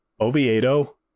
Oviedo